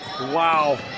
wow